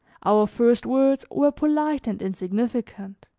our first words were polite and insignificant.